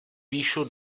píšu